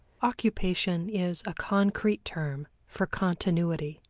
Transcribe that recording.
occupation is a concrete term for continuity.